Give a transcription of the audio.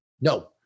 No